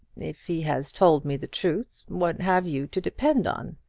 if he has told me the truth, what have you to depend on?